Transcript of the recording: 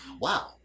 Wow